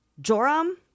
joram